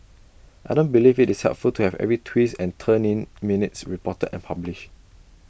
I don't believe IT is helpful to have every twist and and turn in minutes reported and published